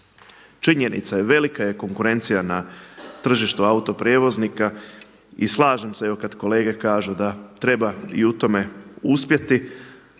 Činjenica je, velika je konkurencija na tržištu autoprijevoznika i slažem se evo kada kolege kažu da treba i u tome uspjeti,